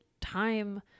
time